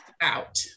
out